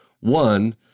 One